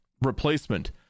replacement